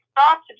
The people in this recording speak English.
started